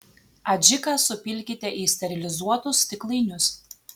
adžiką supilkite į sterilizuotus stiklainius